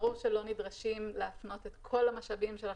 ברור שלא נדרשים להפנות את כל המשאבים של החברה.